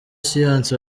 siyansi